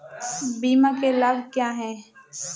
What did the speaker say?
बीमा के लाभ क्या हैं?